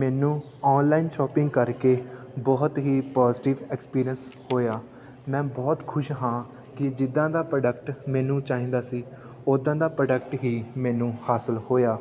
ਮੈਨੂੰ online shopping ਕਰਕੇ ਬਹੁਤ ਹੀ ਪੋਜ਼ੀਟਿਵ ਐਕਸਪੀਰੀਅੰਸ ਹੋਇਆ ਮੈਂ ਬਹੁਤ ਖੁਸ਼ ਹਾਂ ਕਿ ਜਿੱਦਾਂ ਦਾ ਪ੍ਰੋਡਕਟ ਮੈਨੂੰ ਚਾਹੀਦਾ ਸੀ ਉੱਦਾਂ ਦਾ ਪ੍ਰੋਡਕਟ ਹੀ ਮੈਨੂੰ ਹਾਸਲ ਹੋਇਆ